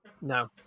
no